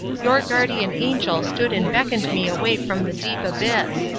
your guardian angel stood and beckoned me away from the deep abyss.